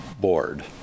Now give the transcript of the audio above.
board